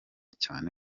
cyane